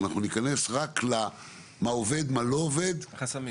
אנחנו ניכנס רק למה עובד ולמה לא עובד -- חסמים.